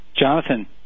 Jonathan